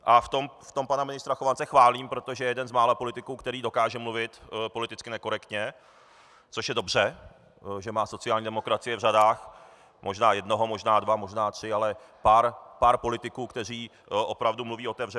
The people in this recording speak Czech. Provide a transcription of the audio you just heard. A v tom pana ministra Chovance chválím, protože je jeden z mála politiků, který dokáže mluvit politicky nekorektně, což je dobře, že má sociální demokracie v řadách možná jednoho, možná dva, možná tři, ale pár politiků, kteří opravdu mluví otevřeně.